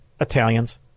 Italians